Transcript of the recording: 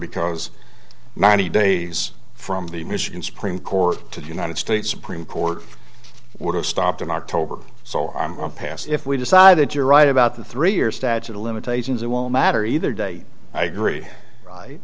because ninety days from the michigan supreme court to the united states supreme court would have stopped in october so i'm going pass if we decide that you're right about the three year statute of limitations it will matter either day i agree